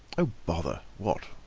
oh bother! what?